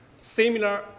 similar